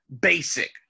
basic